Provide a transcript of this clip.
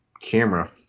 camera